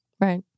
Right